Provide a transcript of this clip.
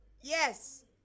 Yes